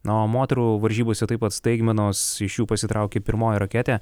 na o moterų varžybose taip pat staigmenos iš jų pasitraukė pirmoji raketė